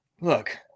look